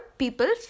people